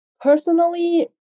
personally